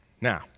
Now